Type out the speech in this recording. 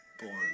Born